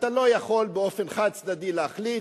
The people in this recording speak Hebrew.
אתה לא יכול באופן חד-צדדי להחליט.